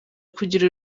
kugira